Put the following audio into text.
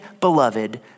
beloved